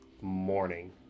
morning